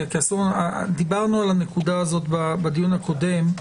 כי דיברנו על הנקודה הזאת בדיון הקודם,